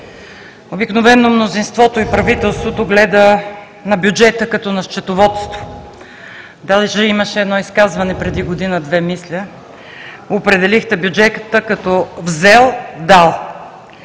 Обикновено мнозинството и правителството гледат на бюджета като на счетоводство. Даже имаше едно изказване преди година-две мисля, определихте бюджета като „взел – дал“.